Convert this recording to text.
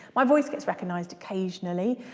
my voice gets recognised occasionally,